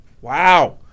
Wow